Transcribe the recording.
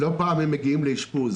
לא פעם מגיעים לאשפוז